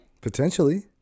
potentially